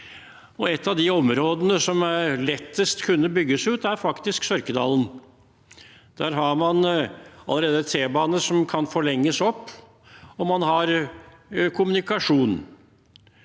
Et av områdene som lettest kunne bygges ut, er faktisk Sørkedalen. Man har allerede en t-bane som kan forlenges, og man har kommunikasjon.